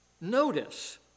Notice